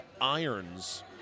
irons